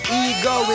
ego